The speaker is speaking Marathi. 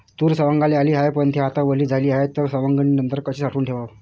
तूर सवंगाले आली हाये, पन थे आता वली झाली हाये, त सवंगनीनंतर कशी साठवून ठेवाव?